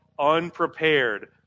unprepared